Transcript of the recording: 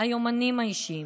היומנים האישיים,